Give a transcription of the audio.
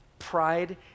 pride